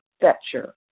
Fetcher